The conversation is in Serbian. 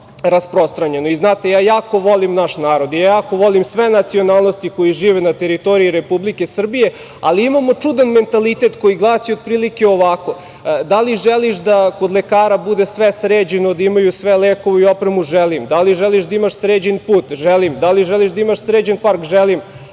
Znate, ja jako volim naš narod, jako volim sve nacionalnosti koje žive na teritoriji Republike Srbije, ali imamo čudan mentalitet koji glasi otprilike ovako – da li želiš da kod lekara bude sve sređeno, da imaju sve lekove i opremu – želim, da li želiš da imaš sređen put – želim, da li želiš da imaš sređen park – želim,